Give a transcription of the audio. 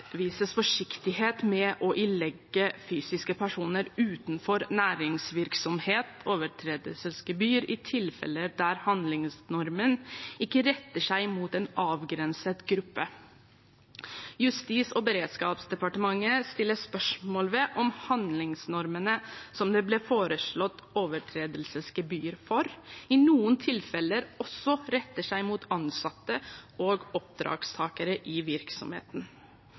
forsiktighet med å ilegge fysiske personer utenfor næringsvirksomhet overtredelsesgebyr i tilfeller der handlingsnormen ikke retter seg mot en avgrenset gruppe. Justis- og beredskapsdepartementet stiller spørsmål ved om handlingsnormene som det ble foreslått overtredelsesgebyr for, i noen tilfeller også retter seg mot ansatte og oppdragstakere i virksomheten.